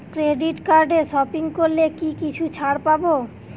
Credit কার্ডে shopping করলে কি কিছু ছাড় পাব?